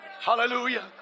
hallelujah